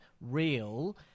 real